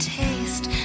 taste